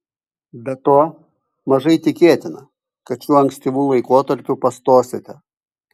be to mažai tikėtina kad šiuo ankstyvu laikotarpiu pastosite